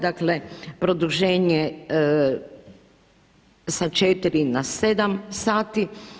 Dakle produženje sa 4 na 7 sati.